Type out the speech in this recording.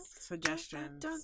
suggestions